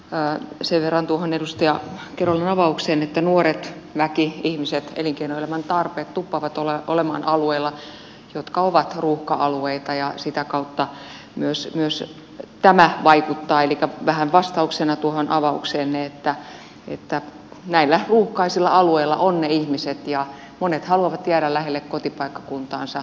sen verran tuohon edustaja kerolan avaukseen että nuoret väki ihmiset elinkeinoelämän tarpeet tuppaavat olemaan alueilla jotka ovat ruuhka alueita ja sitä kautta myös tämä vaikuttaa eli vähän vastauksena tuohon avaukseenne että näillä ruuhkaisilla alueilla ovat ne ihmiset ja monet haluavat jäädä lähelle kotipaikkakuntaansa opiskelemaan